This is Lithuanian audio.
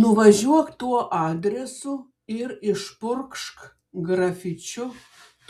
nuvažiuok tuo adresu ir išpurkšk grafičiu